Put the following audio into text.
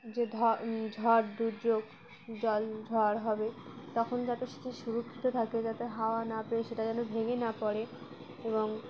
যে ঝড় দুর্যোগ জল ঝড় হবে তখন যাতে সেটি সুরক্ষিত থাকে যাতে হাওয়া না পেয়ে সেটা যেন ভেঙে না পড়ে এবং